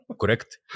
correct